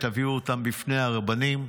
תביאו אותן בפני הרבנים.